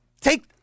take